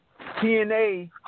TNA